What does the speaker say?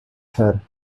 her